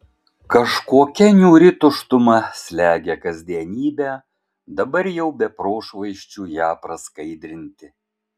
kažkokia niūri tuštuma slegia kasdienybę dabar jau be prošvaisčių ją praskaidrinti